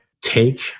take